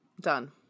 Done